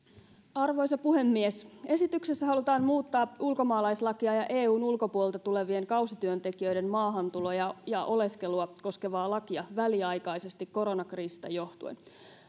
arvoisa puhemies esityksessä halutaan muuttaa ulkomaalaislakia ja eun ulkopuolelta tulevien kausityöntekijöiden maahantuloa ja ja oleskelua koskevaa lakia väliaikaisesti koronakriisistä johtuen